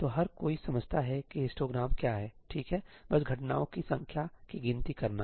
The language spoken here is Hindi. तो हर कोई समझता है कि हिस्टोग्राम क्या है ठीक है बस घटनाओं की संख्या की गिनती करना